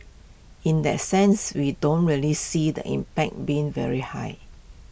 in that sense we don't really see the impact being very high